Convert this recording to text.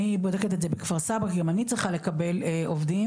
אני בודקת את זה בכפר סבא כי גם אני צריכה לקבל עובדים.